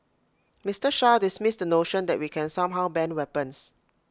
Mister Shah dismissed the notion that we can somehow ban weapons